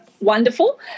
wonderful